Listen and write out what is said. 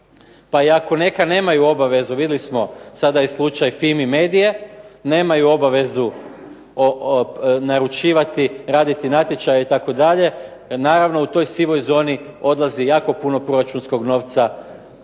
Pa i ako neka nemaju obavezu, vidjeli smo sada je slučaj FIMI medije, nemaju obavezu naručivati, raditi natječaj itd. Naravno u toj sivoj zoni odlazi jako puno proračunskog novca